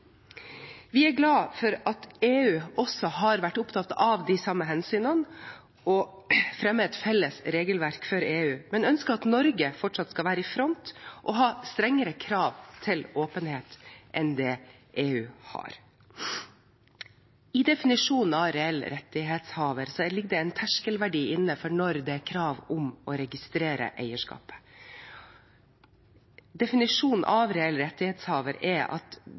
Vi er glad for at EU også har vært opptatt av de samme hensynene, og å fremme et felles regelverk for EU, men ønsker at Norge fortsatt skal være i front og ha strengere krav til åpenhet enn det EU har. I definisjonen av «reell rettighetshaver» ligger det en terskelverdi inne for når det er krav om å registrere eierskapet. Definisjonen av «reell rettighetshaver» er at